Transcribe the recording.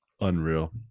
Unreal